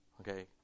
Okay